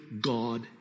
God